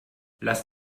lass